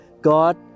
God